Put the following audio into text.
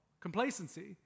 complacency